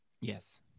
Yes